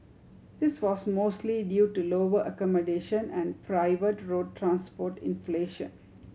this was mostly due to lower accommodation and private road transport inflation